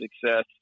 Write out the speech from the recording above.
success